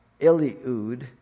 Eliud